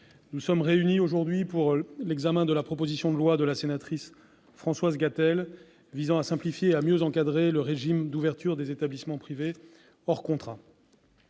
nous sommes réunis aujourd'hui pour l'examen de la proposition de loi de Mme la sénatrice Françoise Gatel visant à simplifier et mieux encadrer le régime d'ouverture des établissements privés hors contrat.